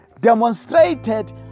demonstrated